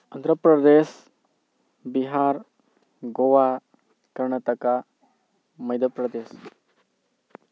Andhra Pradesh Bihar Goa Karnataka Madhya Pradesh